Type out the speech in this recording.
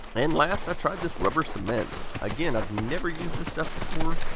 and last, i tried this rubber cement. again, i've never used this stuff before.